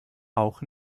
auch